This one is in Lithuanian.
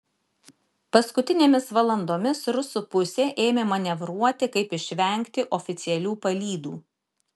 paskutinėmis valandomis rusų pusė ėmė manevruoti kaip išvengti oficialių palydų